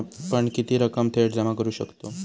आपण किती रक्कम थेट जमा करू शकतव?